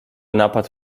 napad